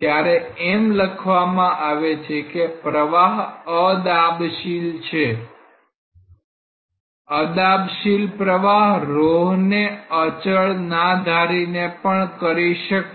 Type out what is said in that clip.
ત્યારે એમ જ લખવામાં આવે છે કે પ્રવાહ અદાબશીલ છે અદાબશીલ પ્રવાહ 'ρ' ને અચળ ના ધારીને પણ કરી શકાય